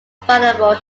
available